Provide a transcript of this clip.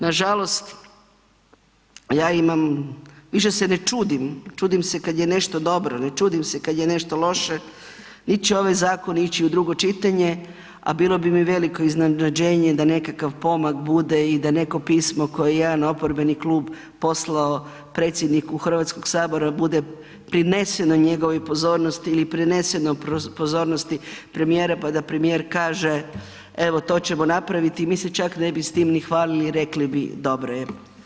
Nažalost ja imam, više se ne čudim, čudim se kad je nešto dobro, ne čudim se kad je nešto loše, niti će ovaj zakon ići u drugo čitanje, a bilo bi mi veliko iznenađenje da nekakav pomak bude i da neko pismo koje je jedan oporbeni klub poslao predsjedniku HS-a bude prineseno njegovoj pozornosti ili prineseno pozornosti premijera pa da premijer kaže, evo, to ćemo napraviti, mi se čak ne bi s time ni hvalili i rekli bi, dobro je.